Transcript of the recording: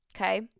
Okay